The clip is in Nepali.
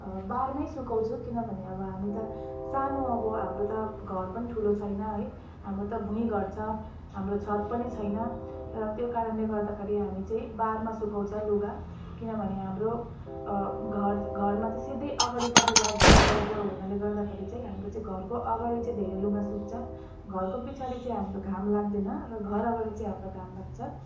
बारमै सुकाउँछु किनभने अब हामी त सानो अब हाम्रो त घर पनि ठुलो छैन है हाम्रो त भुइँ घर छ हाम्रो छत पनि छैन र त्यो कारणले गर्दाखरि हामी चाहिँ बारमा सुकाउँछौँ लुगा किनभने हाम्रो घर घरमा चाहिँ सिधै अगाडिपट्टिबाट घाम परेको हुनाले गर्दाखेरि चाहिँ हाम्रो चाहिँ घरको अगाडि चाहिँ धेरै लुगा सुक्छ घरको पछाडि चाहिँ हाम्रो घाम लाग्दैन र घर अगाडि चाहिँ हाम्रो घाम लाग्छ